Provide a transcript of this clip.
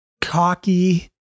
cocky